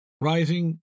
Rising